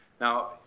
Now